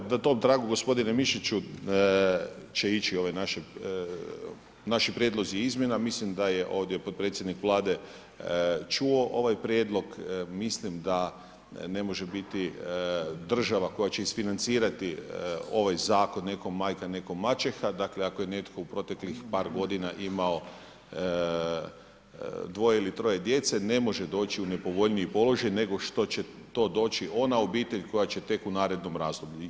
Pa evo na tom tragu gospodine Mišiću će ići naši prijedlozi izmjena, mislim da je ovdje podpredsjednik Vlade čuo ovaj prijedlog, mislim da ne može biti država koja će isfinancirati ovaj zakon nekom majka, nekom mačeha, dakle ako je netko u proteklih par godina imao dvoje ili troje djece, ne može doći u nepovoljniji položaj nego što će to doći ona obitelj koja će tek u narednom razdoblju.